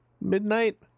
midnight